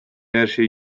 herşey